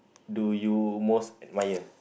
do you most admire